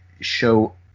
show